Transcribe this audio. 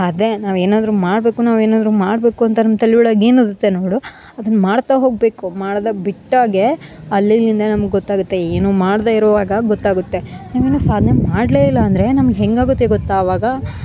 ಅದೆ ನಾವು ಏನಾದರೂ ಮಾಡಬೇಕು ನಾವು ಏನಾದರು ಮಾಡಬೇಕು ಅಂತ ನಮ್ಮ ತಲೆ ಒಳಗ ಏನಿರುತ್ತೆ ನೋಡು ಅದನ್ನ ಮಾಡ್ತಾ ಹೋಗಬೇಕು ಮಾಡ್ದಾಗ ಬಿಟ್ಟಾಗೆ ಅಲ್ಲಿಲಿಂದ ನಮ್ಗ ಗೊತ್ತಾಗುತ್ತೆ ಏನು ಮಾಡ್ಡೆ ಇರುವಾಗ ಗೊತ್ತಾಗುತ್ತೆ ನಾವು ಏನು ಸಾಧ್ನೆ ಮಾಡಲೇ ಇಲ್ಲ ಅಂದರೆ ನಮ್ಗ ಹೇಗಾಗುತ್ತೆ ಗೊತ್ತ ಅವಾಗ